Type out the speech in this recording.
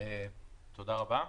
תודה רבה.